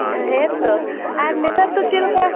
ᱦᱮᱸ ᱛᱚ ᱟᱨ ᱱᱮᱛᱟᱨ ᱫᱚ ᱪᱮᱫ ᱞᱮᱠᱟ